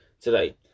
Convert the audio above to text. today